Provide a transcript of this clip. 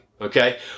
Okay